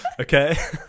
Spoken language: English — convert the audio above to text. Okay